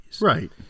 right